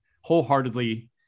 wholeheartedly